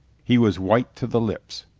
he was white to the lips.